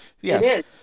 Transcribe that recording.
Yes